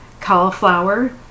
cauliflower